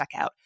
checkout